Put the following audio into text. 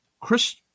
Chris